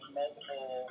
multiple